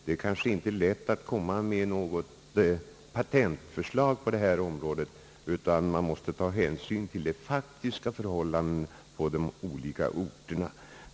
Det kanske inte är lätt att komma med något patentförslag på detta område, utan man måste ta hänsyn till de faktiska förhållandena på de olika orterna.